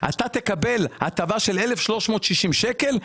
אתה תקבל הטבה של 1,3060 שקלים,